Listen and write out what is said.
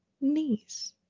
knees